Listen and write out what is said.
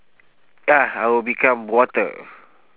ah I will become water